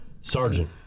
Sergeant